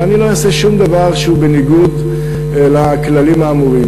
ואני לא אעשה שום דבר שהוא בניגוד לכללים האמורים.